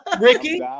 Ricky